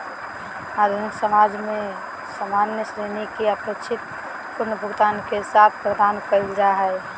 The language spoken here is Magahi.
आधुनिक समाज में सामान्य ऋण के अपेक्षित पुनर्भुगतान के साथ प्रदान कइल जा हइ